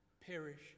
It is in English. perish